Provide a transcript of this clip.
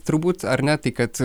turbūt ar ne tai kad